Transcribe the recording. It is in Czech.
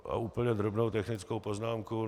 A úplně drobnou technickou poznámku.